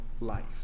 life